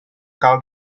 cal